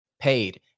paid